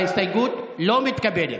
ההסתייגות לא מתקבלת.